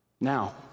Now